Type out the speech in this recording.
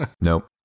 Nope